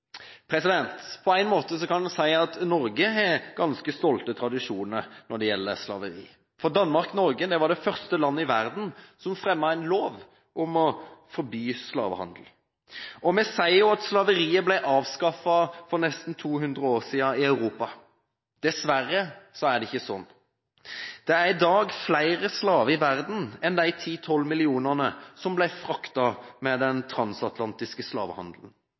godt. På en måte kan vi si at Norge har ganske stolte tradisjoner når det gjelder slaveri. Danmark-Norge var det første landet i verden som fremmet en lov om å forby slavehandel. Vi sier at slaveriet ble avskaffet for nesten 200 år siden i Europa. Dessverre er det ikke sånn. Det er i dag flere slaver i verden enn de 10–12 millionene som ble fraktet med den transatlantiske